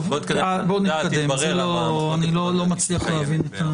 אני לא מצליח להבין.